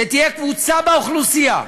שתהיה קבוצה באוכלוסייה,